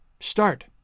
Start